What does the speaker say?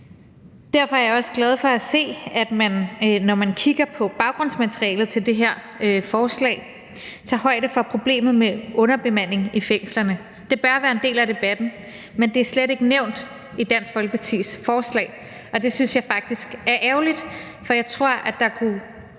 Derfor er jeg også glad for at se i baggrundsmaterialet til det her forslag, at man tager højde for problemet med underbemanding i fængslerne. Det bør være en del af debatten, men det er slet ikke nævnt i Dansk Folkepartis forslag. Det synes jeg faktisk er ærgerligt, for jeg tror, at der kunne